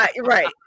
Right